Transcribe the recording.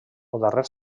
darrer